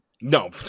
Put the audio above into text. No